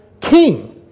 king